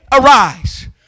arise